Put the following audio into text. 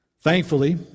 Thankfully